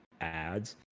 ads